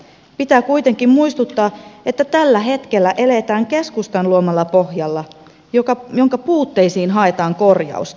pitää kuitenkin muistuttaa että tällä hetkellä eletään keskustan luomalla pohjalla jonka puutteisiin haetaan korjausta